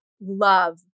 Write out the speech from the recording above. love